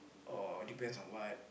or depends on what